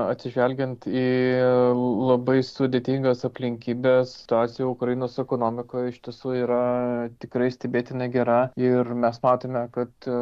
atsižvelgiant į labai sudėtingas aplinkybes situacija ukrainos ekonomikoj iš tiesų yra tikrai stebėtinai gera ir mes matome kad